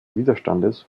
widerstands